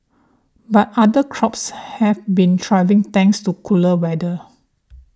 but other crops have been thriving thanks to cooler weather